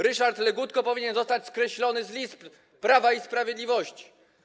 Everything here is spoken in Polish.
Ryszard Legutko powinien zostać skreślony z list Prawa i Sprawiedliwości.